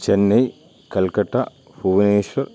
Chennai Calcutta Bhubaneswar